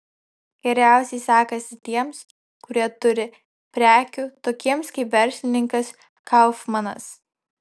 geriausiai sekasi tiems kurie turi prekių tokiems kaip verslininkas kaufmanas